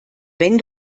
wenn